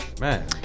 man